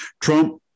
Trump